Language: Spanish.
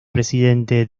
presidente